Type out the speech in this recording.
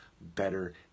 better